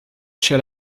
shall